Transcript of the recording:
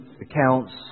accounts